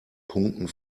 punkten